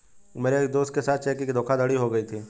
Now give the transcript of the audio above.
मेरे एक दोस्त के साथ चेक की धोखाधड़ी हो गयी थी